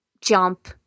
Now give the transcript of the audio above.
jump